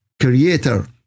Creator